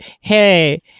hey